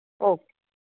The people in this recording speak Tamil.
ஓ